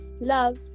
Love